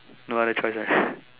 no other choice ah